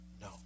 No